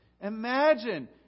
Imagine